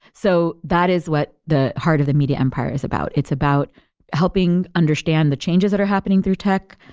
so that is what the heart of the media empire is about. it's about helping understand the changes that are happening through tech.